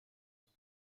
bout